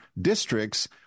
districts